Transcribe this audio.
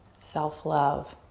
self love.